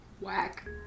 Whack